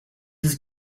his